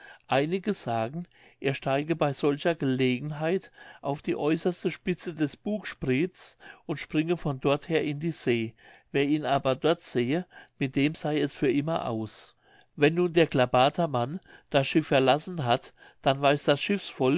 einige sagen er steige bei solcher gelegenheit auf die äußerste spitze des boogsprits und springe von dort her in die see wer ihn aber dort sehe mit dem sey es für immer aus wenn nun der klabatermann das schiff verlassen hat dann weiß das